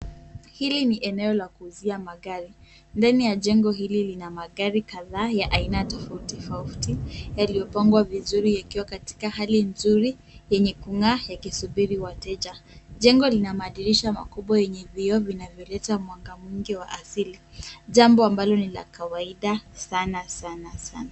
Hili ni eneo la kuuzia magari. Ndani ya jengo hili, lina magari kadhaa ya aina tofauti tofauti yaliyopangwa vizuri yakiwa katika hali nzuri yenye kung'aa yakisubiri wateja. Jengo lina madirisha makubwa yenye vioo vinavyoleta mwanga mwingi wa asili, jambo ambalo ni la kawaida sana sana sana.